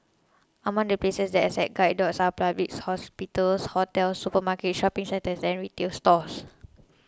among the places that accept guide dogs are public hospitals hotels supermarkets shopping centres and retail stores